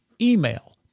email